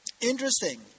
Interesting